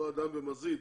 אותו אדם במזיד